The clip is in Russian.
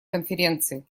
конференции